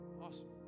Awesome